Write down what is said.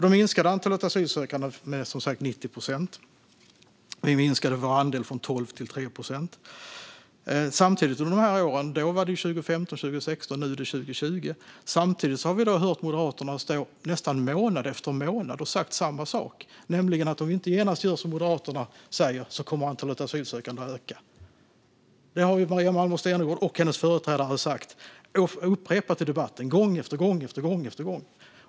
Då minskade antalet asylsökande med 90 procent. Vi minskade vår andel från 12 till 3 procent. Då var det 2015-2016. Nu är det 2020. Samtidigt har vi hört Moderaterna nästan månad efter månad stå och säga samma sak, nämligen att om vi inte genast gör som Moderaterna säger kommer antalet asylsökande att öka. Det har Maria Malmer Stenergard och hennes företrädare sagt och upprepat i debatten gång efter gång.